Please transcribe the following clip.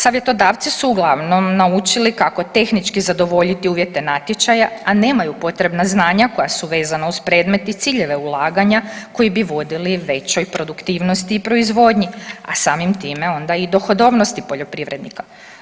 Savjetodavci su uglavnom naučili kako tehnički zadovoljiti uvjete natječaja, a nemaju potrebna znanja koja su vezana uz predmet i ciljeve ulaganja koji bi vodili većoj produktivnosti i proizvodnji, a samim time onda i dohodovnosti poljoprivrednika.